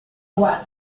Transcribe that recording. duarte